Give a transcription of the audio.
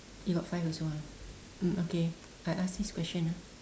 you got five also ah mm okay I ask this question ah